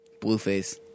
Blueface